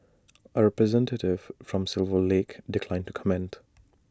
A representative from silver lake declined to comment